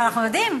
אבל אנחנו יודעים,